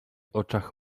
oczach